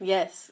Yes